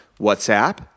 WhatsApp